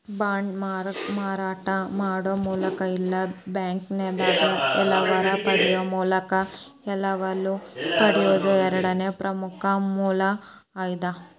ಬಾಂಡ್ನ ಮಾರಾಟ ಮಾಡೊ ಮೂಲಕ ಇಲ್ಲಾ ಬ್ಯಾಂಕಿಂದಾ ಎರವಲ ಪಡೆಯೊ ಮೂಲಕ ಎರವಲು ಪಡೆಯೊದು ಎರಡನೇ ಪ್ರಮುಖ ಮೂಲ ಅದ